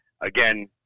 again